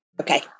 Okay